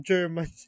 German